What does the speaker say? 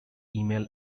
email